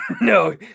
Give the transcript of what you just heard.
No